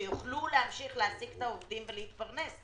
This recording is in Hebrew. שיוכלו להמשיך להעסיק את העובדים ולהתפרנס.